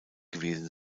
gewesen